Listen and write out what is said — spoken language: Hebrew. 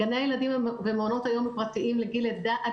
גני הילדים ומעונות היום הפרטיים לגיל לידה עד